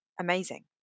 amazing